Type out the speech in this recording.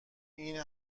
این